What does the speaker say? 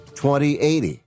2080